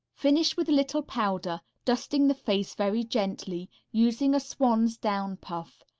finish with a little powder, dusting the face very gently, using a swan's-down puff.